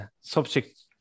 subject